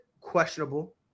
questionable